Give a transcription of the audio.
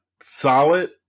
solid